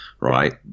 right